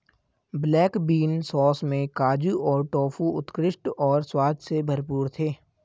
black bean sauce में काजू और टोफू उत्कृष्ट और स्वाद से भरपूर थे